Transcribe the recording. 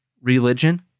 religion